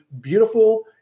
beautiful